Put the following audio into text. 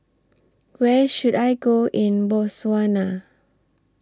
Where should I Go in Botswana